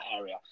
area